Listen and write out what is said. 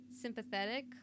sympathetic